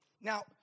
Now